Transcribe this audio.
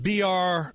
BR